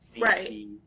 right